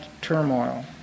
turmoil